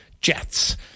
Jets